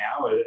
now